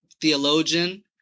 theologian